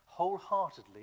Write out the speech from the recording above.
wholeheartedly